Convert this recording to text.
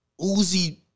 Uzi